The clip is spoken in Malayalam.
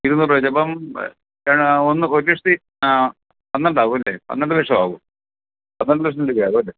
ഇരുനൂറ് വെച്ച് അപ്പം ഒന്ന് ഒരു ലക്ഷത്തി പന്ത്രണ്ടാവും അല്ലേ പന്ത്രണ്ട് ലക്ഷം ആവും പന്ത്രണ്ട് ലക്ഷം രൂപയാകും അല്ലേ